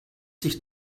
sich